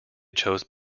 chose